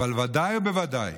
אבל ודאי ובוודאי